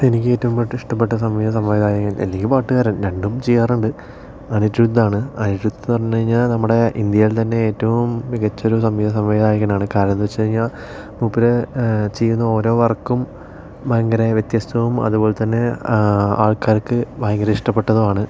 എനിക്ക് ഏറ്റവും പാട്ട് ഇഷ്ടപ്പെട്ട സംഗീത സംവിധായകൻ അല്ലെങ്കിൽ പാട്ടുകാരൻ രണ്ടും ചെയ്യാറുണ്ട് അനിരുദ്ധാണ് അനിരുദ്ധെന്ന് പറഞ്ഞു കഴിഞ്ഞാൽ നമ്മുടെ ഇന്ത്യയിൽ തന്നെ ഏറ്റവും മികച്ച ഒരു സംഗീത സംവിധായകനാണ് കാരണം എന്നു വച്ച് കഴിഞ്ഞാൽ മൂപ്പർ ചെയ്യുന്ന ഓരോ വർക്കും ഭയങ്കര വ്യത്യസ്തവും അതുപോലെതന്നെ ആൾക്കാർക്ക് ഭയങ്കര ഇഷ്ടപ്പെട്ടതുമാണ്